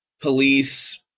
police